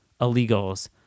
illegals